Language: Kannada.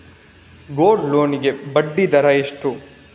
ಗೋಲ್ಡ್ ಲೋನ್ ಗೆ ಬಡ್ಡಿ ದರ ಎಷ್ಟು?